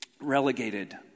relegated